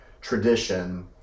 tradition